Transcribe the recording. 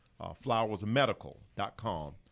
flowersmedical.com